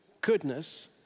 goodness